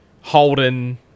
Holden